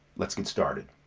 let's get started.